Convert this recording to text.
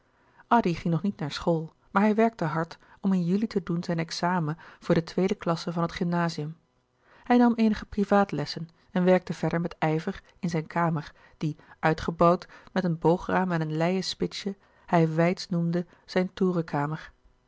addy ging nog niet naar school maar hij werkte hard om in juli te doen zijn examen voor de tweede klasse van het gymnazium hij nam eenige privaatlessen en werkte verder met ijver in zijne kamer die uitgebouwd met een boograam en een leien spitsje hij weidsch noemde zijn